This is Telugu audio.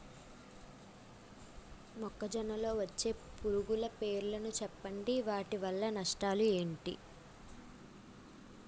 మొక్కజొన్న లో వచ్చే పురుగుల పేర్లను చెప్పండి? వాటి వల్ల నష్టాలు ఎంటి?